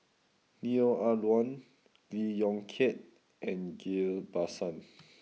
Neo Ah Luan Lee Yong Kiat and Ghillie Basan